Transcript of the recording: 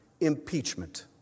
impeachment